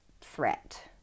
threat